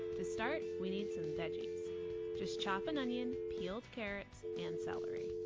to start, we need some veggies just chop an onion, peeled carrots, and celery.